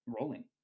rolling